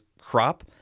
crop